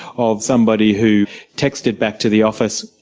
of somebody who texted back to the office,